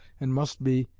and must be,